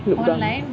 Loop Garms